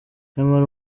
nyamara